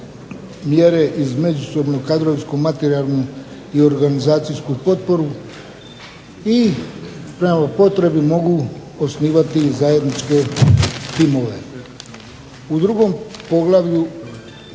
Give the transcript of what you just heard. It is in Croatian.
mjere iz međusobnog kadrovsko-materijalnu i organizacijsku potporu i prema potrebi mogu osnivati i zajedničke timove. U drugom poglavlju